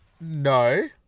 No